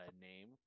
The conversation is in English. name